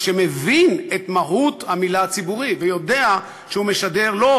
שמבין את מהות המילה "ציבורי" ויודע שהוא משדר לא